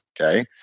Okay